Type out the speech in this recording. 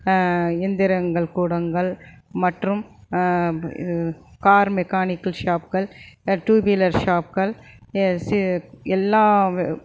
எந்திரங்கள் கூடங்கள் மற்றும் கார் மெக்கானிகல் ஷாப்கள் டூ வீலர் ஷாப்கள் எல்லா